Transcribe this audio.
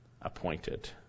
appointed